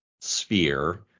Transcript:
sphere